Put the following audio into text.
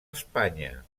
espanya